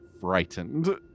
Frightened